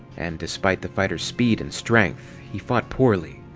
and despite the fighter's speed and strength, he fought poorly